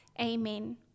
Amen